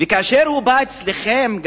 וכאשר הוא בא אליכם,